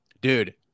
dude